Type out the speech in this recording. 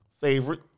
favorite